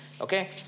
okay